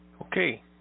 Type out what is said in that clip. Okay